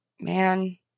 man